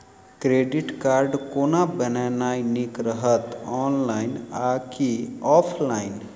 Credit card कोना बनेनाय नीक रहत? ऑनलाइन आ की ऑफलाइन?